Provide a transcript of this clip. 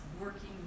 working